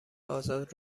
آزاد